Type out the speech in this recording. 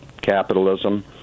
capitalism